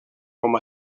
com